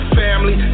family